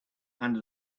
and